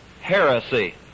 heresy